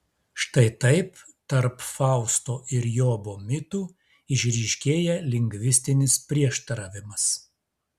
štai taip tarp fausto ir jobo mitų išryškėja lingvistinis prieštaravimas